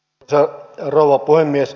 arvoisa rouva puhemies